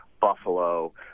Buffalo